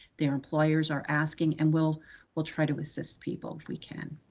their employers are asking and we'll we'll try to assist people if we can.